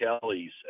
kelly's